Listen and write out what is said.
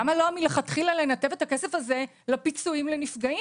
למה לא לנתב מלכתחילה את הכסף הזה לפיצויים לנפגעים,